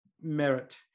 merit